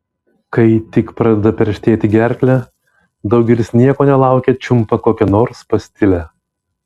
kai tik pradeda perštėti gerklę daugelis nieko nelaukę čiumpa kokią nors pastilę